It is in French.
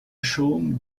chaume